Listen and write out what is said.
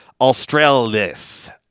Australis